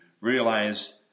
realize